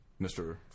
Mr